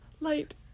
Light